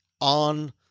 on